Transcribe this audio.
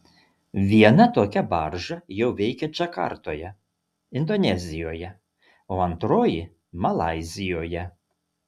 viena tokia barža jau veikia džakartoje indonezijoje o antroji malaizijoje